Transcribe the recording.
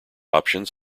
options